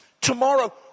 tomorrow